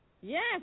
Yes